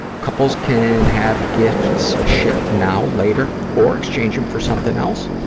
ah couples can have gifts shipped now, later or exchange them for something else.